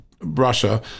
Russia